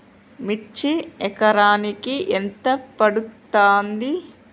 మిర్చి ఎకరానికి ఎంత పండుతది?